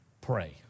Pray